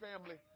family